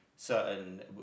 certain